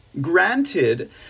Granted